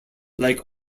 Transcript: like